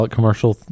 Commercial